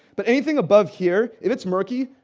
but anything above here, if it's murky,